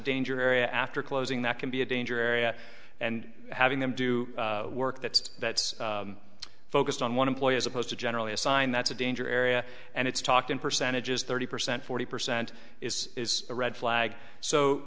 danger area after closing that can be a danger area and having them do work that's that's focused on one employee as opposed to generally assigned that's a danger area and it's talked in percentages thirty percent forty percent is a red flag so